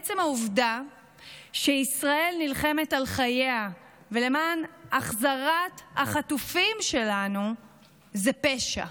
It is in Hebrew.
עצם העובדה שישראל נלחמת על חייה ולמען החזרת החטופים שלנו זה פשע.